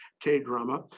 K-drama